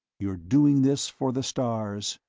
you're doing this for the stars.